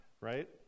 right